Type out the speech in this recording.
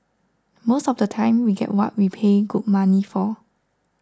most of the time we get what we pay good money for